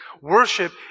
Worship